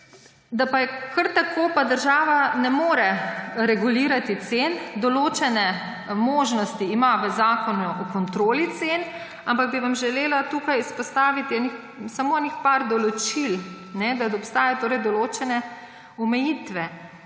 Da pa kar tako država ne more regulirati cen, določene možnosti ima v Zakonu o kontroli cen, ampak bi vam želela tukaj izpostaviti samo nekaj določil, da obstajajo določene omejitve.